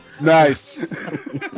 Nice